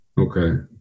Okay